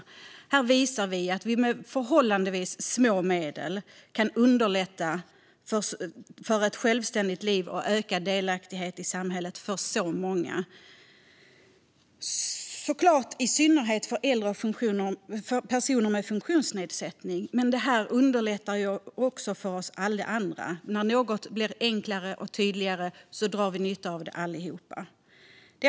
Vi visar nu att vi med förhållandevis små medel kan underlätta ett självständigt liv och ökad delaktighet i samhället för så många människor, i synnerhet för äldre och personer med funktionsnedsättning. Men det underlättar också för oss alla. När något blir enklare och tydligare drar vi alla nytta av det.